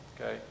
Okay